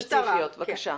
שאלות ספציפיות, בבקשה.